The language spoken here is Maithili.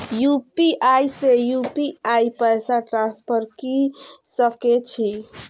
यू.पी.आई से यू.पी.आई पैसा ट्रांसफर की सके छी?